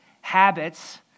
Habits